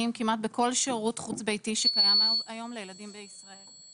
כמעט בכל שירות חוץ ביתי שקיים היום לילדים בישראל.